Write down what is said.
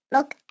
Look